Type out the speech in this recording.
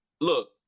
look